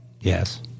Yes